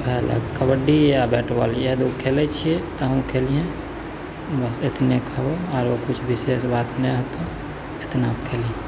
उएह लए कबड्डी आ बैट बॉल इएह दू खेलै छियै तहूँ खेलिहेँ बस एतने कहबौ आरो किछु विशेष बात नहि होतौ एतना खेलही